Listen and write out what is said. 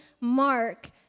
mark